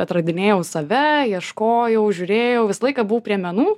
atradinėjau save ieškojau žiūrėjau visą laiką buvau prie menų